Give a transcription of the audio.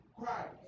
Christ